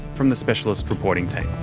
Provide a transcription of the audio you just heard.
from the specialist reporting team.